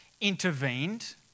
intervened